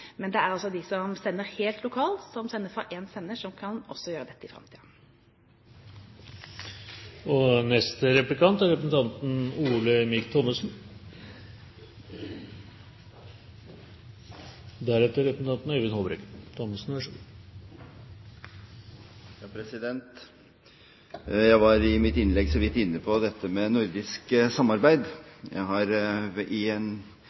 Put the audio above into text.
Men det er altså de som sender helt lokalt, som sender fra én sender, som også kan gjøre dette i framtiden. Jeg var i mitt innlegg så vidt inne på dette med nordisk samarbeid. Jeg har i